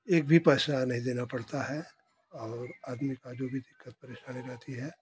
एक भी पैसा नहीं देना पड़ता है और आदमी का जो भी दिक्कत परेशानी रहती है